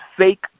fake